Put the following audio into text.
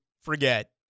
forget